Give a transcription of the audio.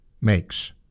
makes